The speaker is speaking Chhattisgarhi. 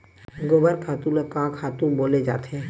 गोबर खातु ल का खातु बोले जाथे?